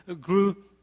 grew